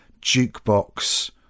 jukebox